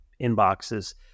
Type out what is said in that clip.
inboxes